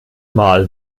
mal